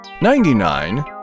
ninety-nine